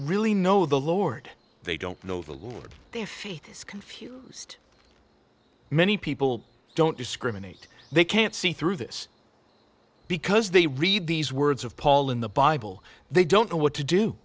really know the lord they don't know the lord their faith is confused many people don't discriminate they can't see through this because they read these words of paul in the bible they don't know what to do